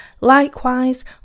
Likewise